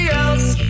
else